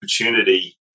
opportunity